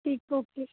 ਠੀਕ ਹੈ ਓਕੇ